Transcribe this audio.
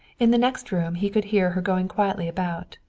in the next room he could hear her going quietly about,